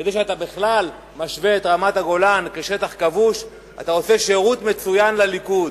זה שאתה משווה את רמת-הגולן לשטח כבוש אתה עושה שירות מצוין לליכוד.